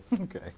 Okay